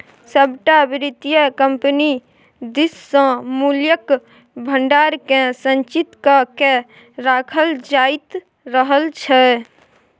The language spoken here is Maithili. सभटा वित्तीय कम्पनी दिससँ मूल्यक भंडारकेँ संचित क कए राखल जाइत रहल छै